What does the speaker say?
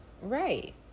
Right